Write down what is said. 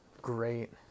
great